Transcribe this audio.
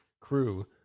crew